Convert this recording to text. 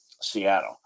Seattle